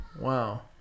wow